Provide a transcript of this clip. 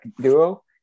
duo